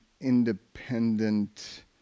independent